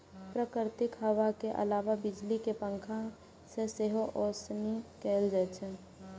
प्राकृतिक हवा के अलावे बिजली के पंखा से सेहो ओसौनी कैल जाइ छै